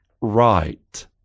right